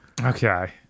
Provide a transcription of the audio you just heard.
okay